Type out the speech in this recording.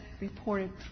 reported